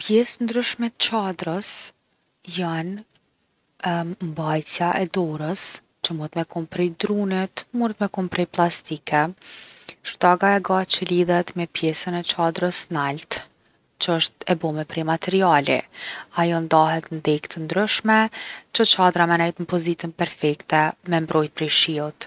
Pjes t’ndryshme t’çadrës jon mbajtsja e dorës, që munet kon prej drunit, munet me kon prej pllastikës. Shtaga e gat që lidhet me pjesën e çadrës nalt që osht e bome prej materiali. Ajo ndahet n’degë t’ndryshme që çadra me nejt n’pozitën perfekte me mbrojt prej shijut.